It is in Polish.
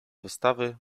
wystawy